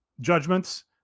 judgments